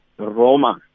Roma